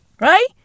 Right